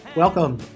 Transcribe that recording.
Welcome